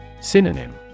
Synonym